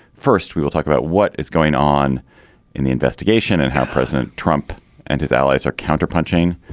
first we will talk about what is going on in the investigation and how president trump and his allies are counterpunching.